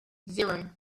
zero